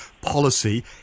policy